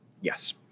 Yes